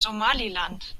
somaliland